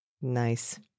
Nice